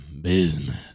business